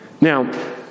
Now